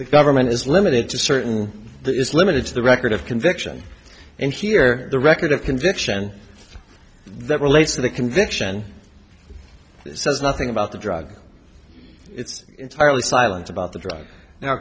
the government is limited to certain that is limited to the record of conviction and here the record of conviction that relates to the conviction says nothing about the drug it's entirely silent about the drug now